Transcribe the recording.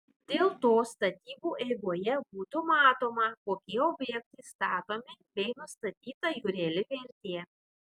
dėl to statybų eigoje būtų matoma kokie objektai statomi bei nustatyta jų reali vertė